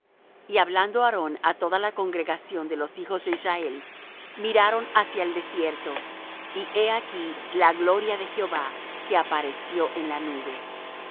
y hablando aarón á toda la congregación de los hijos de israel miraron hacia el desierto y he aquí la gloria de jehová que apareció en la nube